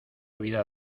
vida